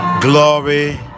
glory